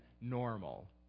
normal